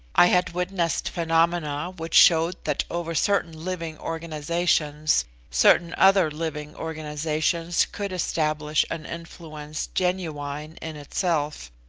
i had witnessed phenomena which showed that over certain living organisations certain other living organisations could establish an influence genuine in itself,